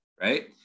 right